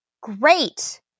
Great